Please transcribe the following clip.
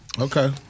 Okay